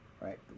right